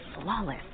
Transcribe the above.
flawless